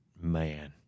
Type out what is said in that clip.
man